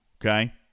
okay